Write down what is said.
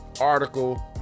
article